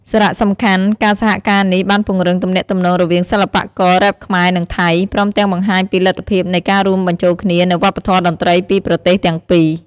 សារៈសំខាន់: ការសហការនេះបានពង្រឹងទំនាក់ទំនងរវាងសិល្បកររ៉េបខ្មែរ និងថៃ ព្រមទាំងបង្ហាញពីលទ្ធភាពនៃការរួមបញ្ចូលគ្នានូវវប្បធម៌តន្ត្រីពីប្រទេសទាំងពីរ។